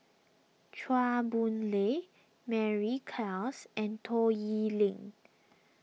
Chua Boon Lay Mary Klass and Toh Yiling